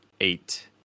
eight